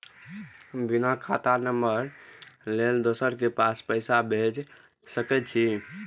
बिना खाता नंबर लेल दोसर के पास पैसा भेज सके छीए?